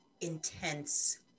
intense